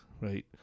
right